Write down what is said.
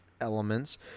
elements